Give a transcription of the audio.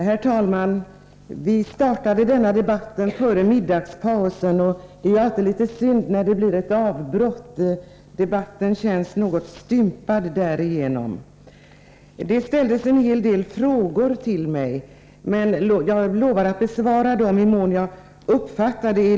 Herr talman! Vi startade denna debatt före middagspausen, och det är alltid litet synd när det blir ett avbrott — debatten känns därigenom något stympad. Det ställdes en hel del frågor till mig, och jag lovar att besvara dem i den mån jag uppfattade dem.